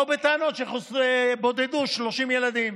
באו בטענות שבודדו 80 ילדים.